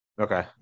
Okay